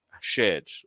shared